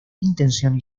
intención